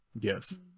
Yes